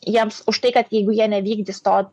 jiems už tai kad jeigu jie nevykdys to